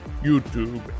YouTube